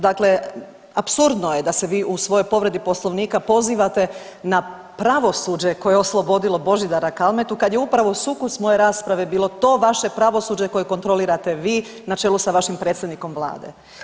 Dakle, apsurdno je da se vi u svojoj povredi Poslovnika pozivate na pravosuđe koje je oslobodilo Božidara Kalmetu kad je upravo sukus moje rasprave bilo to vaše pravosuđe koje kontrolirate vi na čelu sa vašim predsjednikom Vlade.